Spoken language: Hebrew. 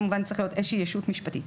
כמובן זה צריך להיות איזושהי ישות משפטית.